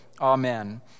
amen